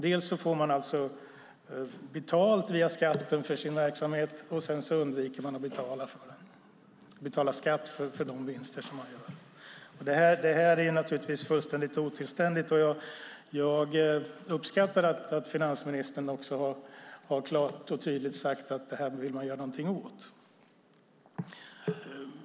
Dels får de alltså betalt via skatten för sin verksamhet, dels undviker de att betala skatt för de vinster de gör. Det här är naturligtvis fullständigt otillständigt, och jag uppskattar att finansministern också klart och tydligt har sagt att det här vill man göra någonting åt.